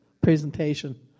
presentation